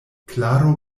klaro